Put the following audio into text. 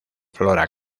flora